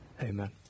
Amen